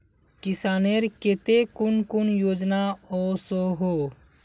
किसानेर केते कुन कुन योजना ओसोहो?